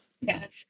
yes